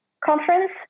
conference